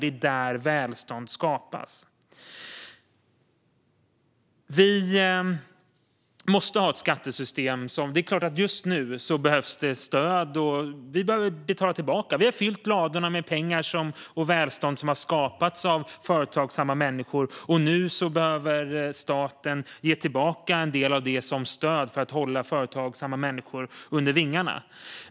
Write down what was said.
Det är där välstånd skapas. Det är klart att det just nu behövs stöd. Vi behöver betala tillbaka. Vi har fyllt ladorna med pengar och välstånd som har skapats av företagsamma människor. Nu behöver staten ge tillbaka en del av detta som stöd för att hålla företagsamma människor under vingarna.